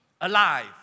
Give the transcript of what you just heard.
alive